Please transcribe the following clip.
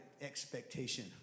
expectation